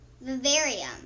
vivarium